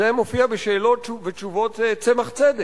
זה מופיע בשאלות-ותשובות צמח צדק.